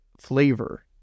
flavor